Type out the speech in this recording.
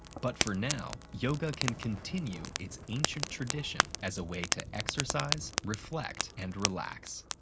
but for now, yoga can continue its ancient tradition as a way to exercise, reflect, and relax.